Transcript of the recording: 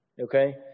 Okay